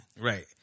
right